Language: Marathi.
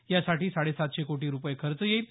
यासाठी साडेसातशे कोटी रुपये खर्च येईल